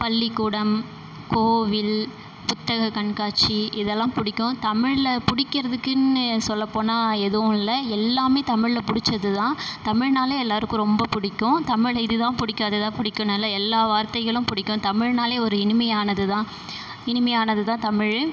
பள்ளிக்கூடம் கோவில் புத்தகக் கண்காட்சி இதெல்லாம் பிடிக்கும் தமிழில் பிடிக்கறதுக்குன்னு சொல்ல போனால் எதுவும் இல்லை எல்லாமே தமிழில் பிடிச்சதுதா தமிழ்னாலே எல்லாருக்கும் ரொம்ப பிடிக்கும் தமிழில் இதுதான் பிடிக்கும் அதுதான் பிடிக்கும்னு இல்லை எல்லா வார்த்தைகளும் பிடிக்கும் தமிழ்னாலே ஒரு இனிமையானதுதான் இனிமையானதுதான் தமிழ்